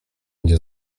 nie